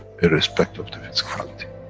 irrespect of the physicality.